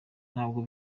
ntabwo